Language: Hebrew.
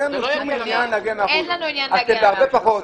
אין לנו עניין להגיע למאה אחוז.